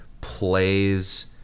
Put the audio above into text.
plays